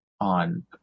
on